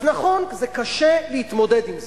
אז נכון, זה קשה להתמודד עם זה.